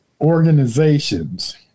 organizations